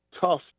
tough